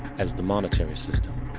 as the monetary system.